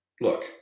look